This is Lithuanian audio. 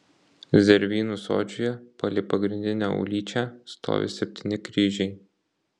zervynų sodžiuje palei pagrindinę ulyčią stovi septyni kryžiai